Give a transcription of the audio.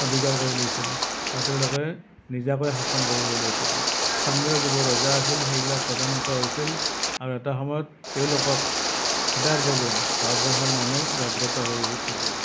অধিকাৰ কৰি লৈছিল আৰু তেওঁলোকে নিজাকৈ শাসন কৰিবলৈ লৈছিল স্থানীয় যিবোৰ ৰজা আছিল সেইবিলাক প্ৰধানতঃ হৈছিল আৰু এটা সময়ত তেওঁলোকক খেদাৰ বাবে ভাৰতবৰ্ষৰ মানুহ জাগ্ৰত হৈ উঠিছিল